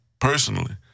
personally